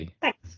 Thanks